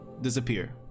disappear